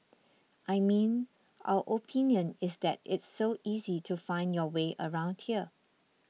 I mean our opinion is that it's so easy to find your way around here